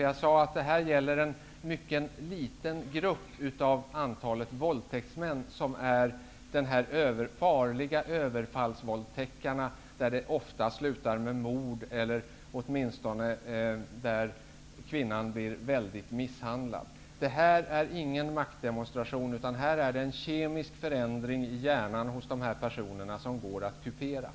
Jag sade att det är en mycket liten grupp av våldtäktsmän som utgör de farliga ''överfallsvåldtäktarna'', vars gärningar ofta slutar med mord eller åtminstone med att kvinnan blir svårt misshandlad. Det är ingen maktdemonstration, utan dessa personer har i sin hjärna en kemisk förändring som kan kureras.